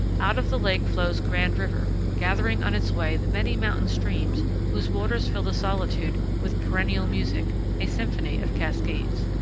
out of the lake flows grand river, gathering on its way the many mountain streams whose waters fill the solitude with perennial music a symphony of cascades.